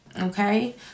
Okay